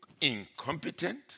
incompetent